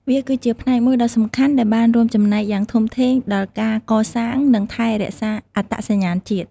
វាគឺជាផ្នែកមួយដ៏សំខាន់ដែលបានរួមចំណែកយ៉ាងធំធេងដល់ការកសាង និងថែរក្សាអត្តសញ្ញាណជាតិ។